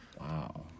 Wow